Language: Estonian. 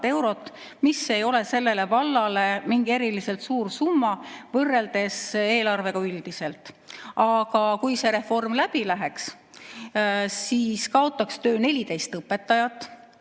eurot. See ei ole sellele vallale mingi eriliselt suur summa võrreldes eelarvega üldiselt. Aga kui see reform läbi läheks, siis kaotaks töö 14 õpetajat.